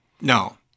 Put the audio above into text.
No